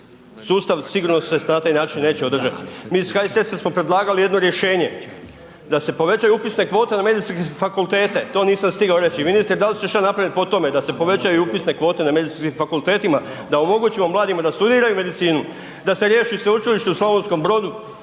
Sustav sigurno se na taj način neće održati. Mi iz HSS-a smo predlagali jedno rješenje da se povećaju upisne kvote na medicinske fakultete. To nisam stigao reći, ministre da li ste šta napravili po tome da se povećaju upisne kvote na medicinskim fakultetima, da omogućimo mladima da studiraju medicinu, da se riješi sveučilište u Slavonskom Brodu,